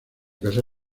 casa